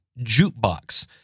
Jukebox